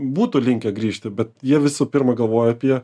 būtų linkę grįžti bet jie visų pirma galvoja apie